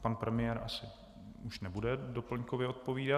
Pan premiér už asi nebude doplňkově odpovídat.